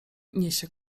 niesie